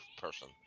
person